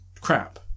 crap